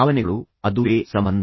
ಭಾವನೆಗಳು ಅದುವೇ ಸಂಬಂಧ